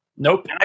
Nope